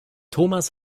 thomas